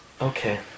Okay